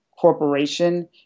corporation